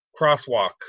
crosswalk